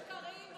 ושקרים?